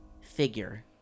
figure